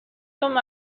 com